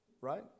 right